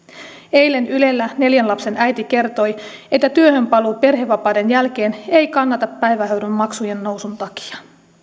eilen ylellä neljän lapsen äiti kertoi että työhönpaluu perhevapaiden jälkeen ei kannata päivähoidon maksujen nousun takia